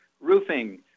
Roofing